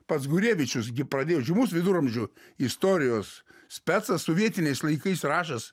pats gurevičius gi pradės žymus viduramžių istorijos specas sovietiniais laikais rašęs